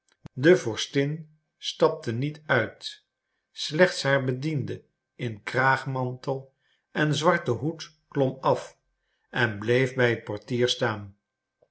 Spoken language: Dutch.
de vorstin stapte niet uit slechts haar bediende in kraagmantel en zwarten hoed klom af en bleef bij het portier staan